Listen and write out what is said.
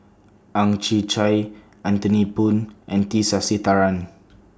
Ang Chwee Chai Anthony Poon and T Sasitharan